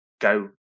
go